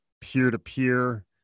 peer-to-peer